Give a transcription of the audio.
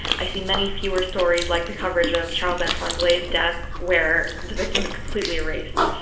i see many fewer stories like the coverage of charles antoine blay's death where the victim is completely erased.